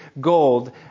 gold